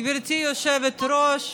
גברתי היושבת-ראש,